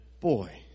Boy